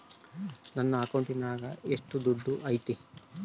ನನ್ನ ಅಕೌಂಟಿನಾಗ ಎಷ್ಟು ದುಡ್ಡು ಐತಿ?